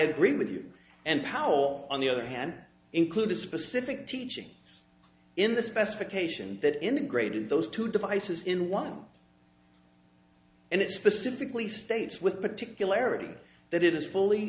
agree with you and powell on the other hand include a specific teachings in the specification that integrated those two devices in one and it specifically states with particularity that it is fully